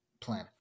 plan